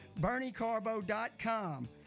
berniecarbo.com